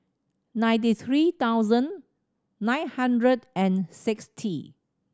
ninety three thousand nine hundred and sixty